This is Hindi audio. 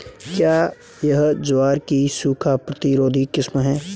क्या यह ज्वार की सूखा प्रतिरोधी किस्म है?